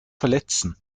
verletzen